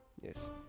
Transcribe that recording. Yes